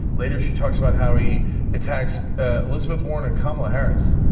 later she talks about how he attacks elizabeth warren and kamala harris.